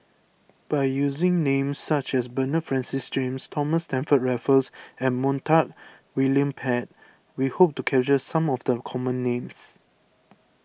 by using names such as Bernard Francis James Thomas Stamford Raffles and Montague William Pett we hope to capture some of the common names